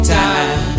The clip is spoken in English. time